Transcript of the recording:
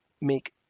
make